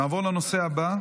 נעבור לנושא הבא,